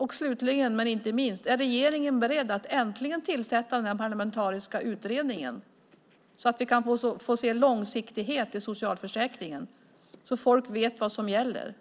Sist men inte minst: Är regeringen beredd att äntligen tillsätta den parlamentariska utredningen så att vi får långsiktighet i socialförsäkringen och folk kan veta vad som gäller?